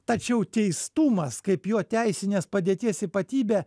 tačiau teistumas kaip jo teisinės padėties ypatybė